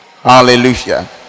Hallelujah